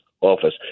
office